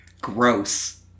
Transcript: Gross